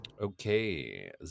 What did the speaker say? Okay